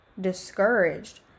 discouraged